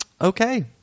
Okay